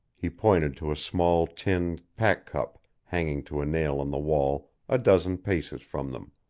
he pointed to a small tin pack-cup hanging to a nail on the wall a dozen paces from them.